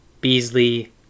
Beasley